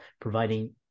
providing